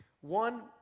One